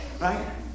right